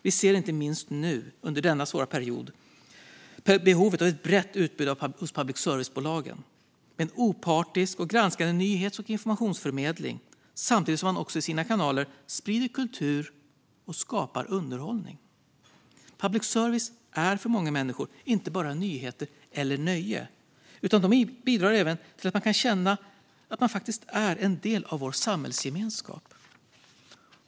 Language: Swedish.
Vi ser inte minst nu under denna svåra period behovet av ett brett utbud hos public service-bolagen med en opartisk och granskande nyhets och informationsförmedling samtidigt som man också i sina kanaler sprider kultur och skapar underhållning. Public service är för många människor inte bara nyheter eller nöje, utan den bidrar även till att man kan känna att man är en del av vår samhällsgemenskap.